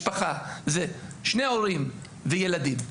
משפחה זה שני הורים וילדים,